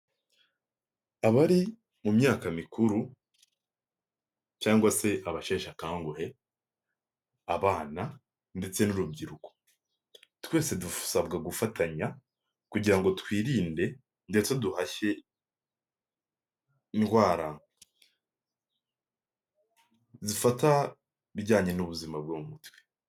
Abari, mu myaka mikuru, cyangwa se abasheshakanguhe, abana ndetse n'urubyiruk,o twese dusabwa gufatanya kugira ngo twirinde ndetse duhashye, indwara, zifata, ibijyanye n'ubuzima bwo mu mutwe.